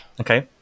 Okay